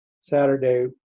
Saturday